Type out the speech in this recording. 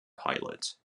pilot